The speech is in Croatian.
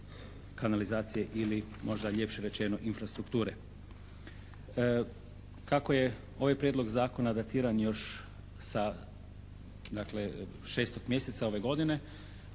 kanalizacije ili možda ljepše rečeno infrastrukture. Kako je ovaj prijedlog zakona datiran još sa dakle 6. mjeseca ove godine,